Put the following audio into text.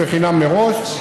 שזה חינם מראש.